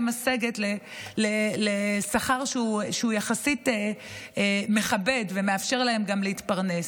משגת בשכר שהוא יחסית מכבד ומאפשר להם גם להתפרנס.